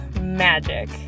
magic